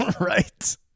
right